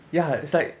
ya it's like